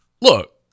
Look